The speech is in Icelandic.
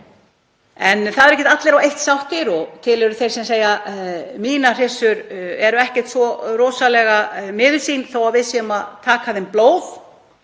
Það eru ekki allir á eitt sáttir og til eru þeir sem segja: Mínar hryssur eru ekkert svo rosalega miður sín þó að við séum að taka úr þeim blóð.